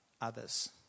others